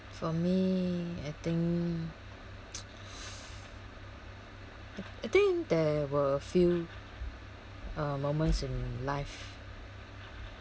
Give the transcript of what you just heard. for me I think I think there were few moments in life